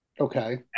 Okay